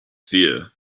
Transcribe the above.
fear